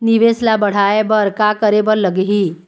निवेश ला बड़हाए बर का करे बर लगही?